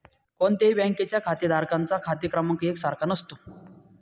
कोणत्याही बँकेच्या खातेधारकांचा खाते क्रमांक एक सारखा नसतो